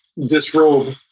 disrobe